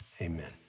Amen